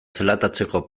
zelatatzeko